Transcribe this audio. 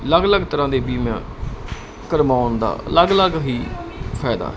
ਅਲੱਗ ਅਲੱਗ ਤਰ੍ਹਾਂ ਦੇ ਬਿਮਾ ਕਰਵਾਉਣ ਦਾ ਅਲੱਗ ਅਲੱਗ ਹੀ ਫਾਇਦਾ